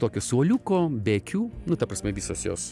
tokio suoliuko be akių nu ta prasme visos jos